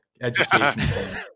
education